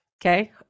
okay